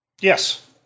Yes